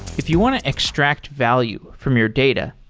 if you want to extract value from your data,